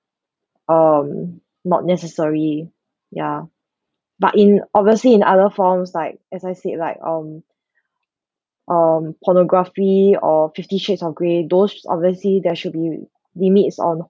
um not necessary ya but in obviously in other forms like as I said like um um pornography or fifty shades of grey those obviously there should be limits on